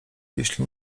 jeśli